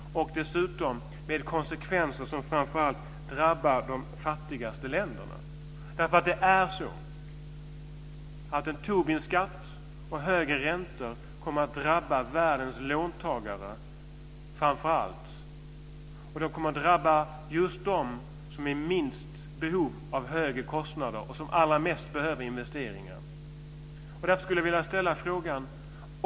Dessutom får det konsekvenser som framför allt drabbar de fattigaste länderna. Det är nämligen så att Tobinskatt och högre räntor framför allt kommer att drabba världens låntagare. Det kommer att drabba just dem som är i minst behov av högre kostnader och som allra mest behöver investeringar. Därför skulle jag vilja ställa en fråga.